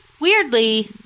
weirdly